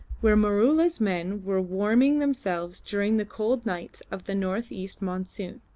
where maroola's men were warming themselves during the cold nights of the north east monsoon,